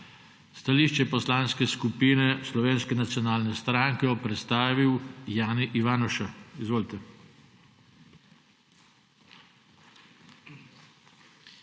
Stališče Poslanske skupine Slovenske nacionalne stranke bo predstavil Jani Ivanuša. Izvolite.